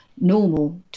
normal